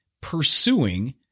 pursuing